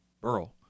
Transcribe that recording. Burl